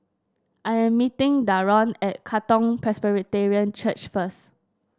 I am meeting Daron at Katong Presbyterian Church first